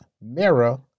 mirror